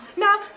Now